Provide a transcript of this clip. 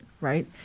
right